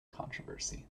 controversy